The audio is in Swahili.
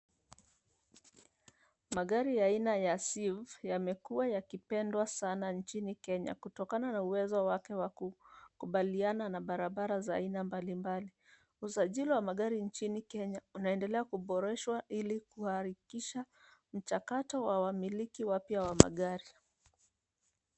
Magari aina ya Sieve yamekuwa yakipendwa sana nchini Kenya kutokana na uwezo wake wa kukubaliana na barabara mbalimbali. Usajili wa magari nchini Kenya unaendelea kuboreshwa ili kuhakikisha mchakato wa wamiliki wapya wa magari.